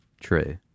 True